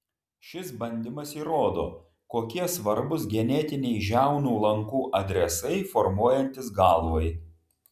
šis bandymas įrodo kokie svarbūs genetiniai žiaunų lankų adresai formuojantis galvai